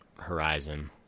Horizon